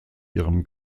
ihrem